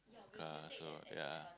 cars so ya